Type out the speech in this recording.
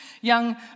young